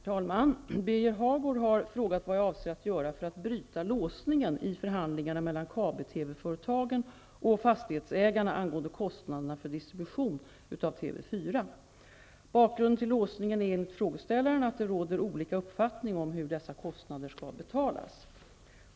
Herr talman! Birger Hagård har frågat vad jag avser att göra för att bryta låsningen i förhandlingarna mellan kabel-TV-företagen och fastighetsägarna angående kostnaderna för distribution av TV 4. Bakgrunden till låsningen är enligt frågeställaren att det råder olika uppfattning om hur dessa kostnader skall betalas.